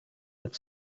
that